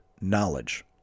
knowledge